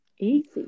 easy